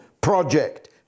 Project